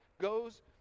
goes